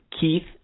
Keith